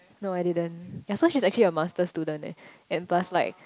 no I didn't yea so she actually masters student eh and plus like